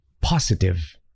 positive